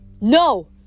No